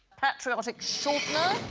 patriotic shortener,